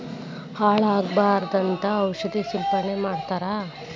ಹಾಳ ಆಗಬಾರದಂತ ಔಷದ ಸಿಂಪಡಣೆ ಮಾಡ್ತಾರ